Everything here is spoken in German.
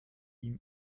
ihm